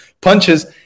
punches –